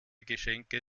geschenke